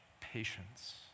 patience